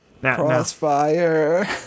Crossfire